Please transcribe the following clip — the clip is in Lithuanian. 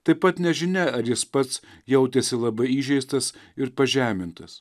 taip pat nežinia ar jis pats jautėsi labai įžeistas ir pažemintas